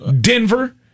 Denver